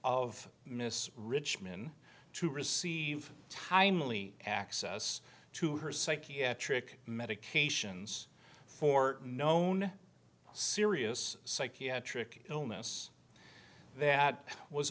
of miss richmond to receive timely access to her psychiatric medications for known serious psychiatric illness that was